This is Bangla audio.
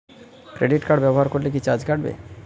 ক্রেডিট কার্ড ব্যাবহার করলে কি চার্জ কাটবে?